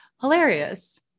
hilarious